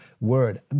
word